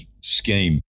scheme